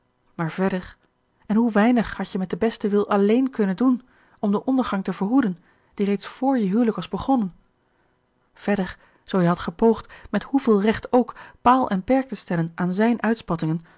maar verder en hoe weinig hadt je met den besten wil alléén kunnen doen om den ondergang te verhoeden die reeds vr je huwelijk was begonnen verder zoo je hadt gepoogd met hoeveel recht ook paal en perk te stellen aan zijn